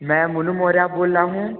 मैं मोनू मौर्य बोल रहा हूँ